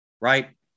right